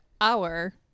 hour